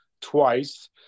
twice